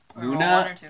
Luna